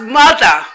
mother